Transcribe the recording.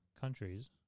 countries